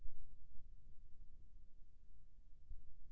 मोला आगे पढ़ई करे बर लोन मिल सकही?